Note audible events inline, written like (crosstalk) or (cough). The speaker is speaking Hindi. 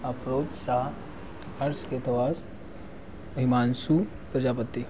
(unintelligible) शाह हर्ष इतवास हिमांशु प्रजापति